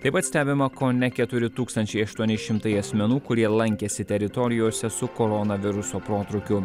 taip pat stebima kone keturi tūkstančiai aštuoni šimtai asmenų kurie lankėsi teritorijose su koronaviruso protrūkiu